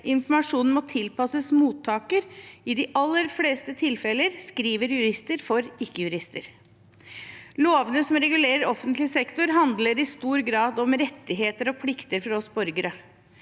Informasjonen må tilpasses mottakeren. I de aller fleste tilfeller skriver jurister for ikke-jurister. Lovene som regulerer offentlig sektor, handler i stor grad om rettigheter og plikter for oss borgere.